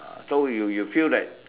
ah so so you feel that